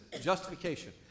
justification